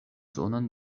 zonon